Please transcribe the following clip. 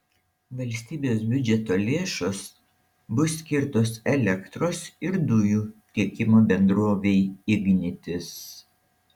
valstybės biudžeto lėšos bus skirtos elektros ir dujų tiekimo bendrovei ignitis